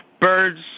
Birds